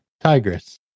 tigris